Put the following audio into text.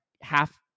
half